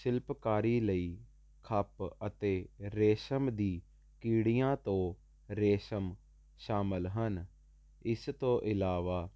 ਸ਼ਿਲਪਕਾਰੀ ਲਈ ਖੱਪ ਅਤੇ ਰੇਸ਼ਮ ਦੀ ਕੀੜੀਆਂ ਤੋਂ ਰੇਸ਼ਮ ਸ਼ਾਮਲ ਹਨ ਇਸ ਤੋਂ ਇਲਾਵਾ